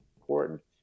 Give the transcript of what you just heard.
important